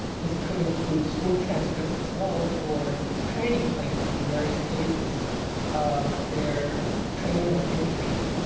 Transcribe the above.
this could include school transcripts as well or training plans with the various phases of their training or internship.